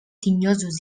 tinyosos